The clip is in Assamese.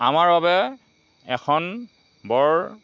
আমাৰ বাবে এখন বৰ